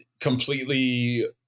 completely